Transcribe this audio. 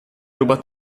ruba